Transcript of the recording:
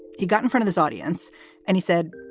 he got in front of his audience and he said,